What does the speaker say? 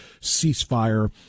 ceasefire